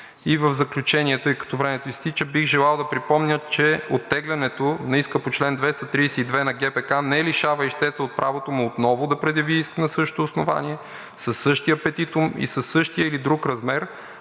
В заключение, тъй като времето изтича, бих желал да припомня, че оттеглянето на иска по чл. 232 на ГПК не лишава ищеца от правото му отново да предяви иск на същото основание, със същия петитум и със същия или друг размер,